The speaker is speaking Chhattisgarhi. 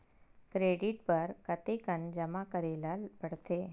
क्रेडिट बर कतेकन जमा करे ल पड़थे?